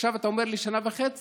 עכשיו אתה אומר לי שנה וחצי.